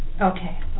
Okay